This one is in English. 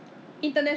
oh